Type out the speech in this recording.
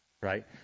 right